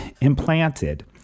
implanted